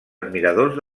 admiradors